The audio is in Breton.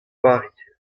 vari